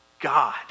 God